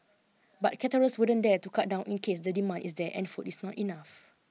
but caterers wouldn't dare to cut down in case the demand is there and food is not enough